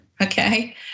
Okay